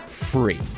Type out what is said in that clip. free